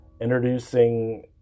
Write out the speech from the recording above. introducing